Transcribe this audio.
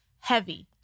heavy